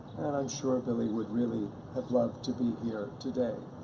and i'm sure billy would really have loved to be here today.